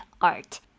art